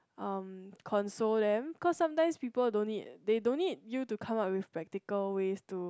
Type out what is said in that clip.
um console them cause sometimes people don't need they don't need you to come up with practical ways to